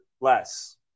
less